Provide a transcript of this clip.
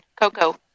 Coco